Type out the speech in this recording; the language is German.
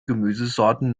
gemüsesorten